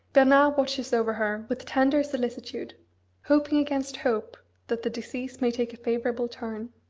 bernard watches over her with tender solicitude hoping against hope that the disease may take a favourable turn.